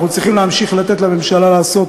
ואנחנו צריכים להמשיך לתת לממשלה לעשות